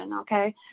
Okay